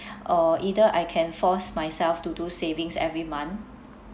uh either I can force myself to do savings every month